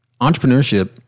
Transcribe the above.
entrepreneurship